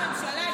ראש הממשלה,